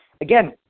again